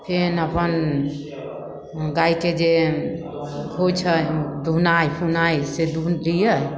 फेन अपन गाय कऽ जे होइ छै दुहनाइ सुहनाइ से दुह लियै